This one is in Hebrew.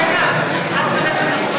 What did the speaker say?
1,700 שקל על,